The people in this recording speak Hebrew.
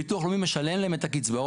ביטוח לאומי משלם להם את הקצבאות.